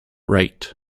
right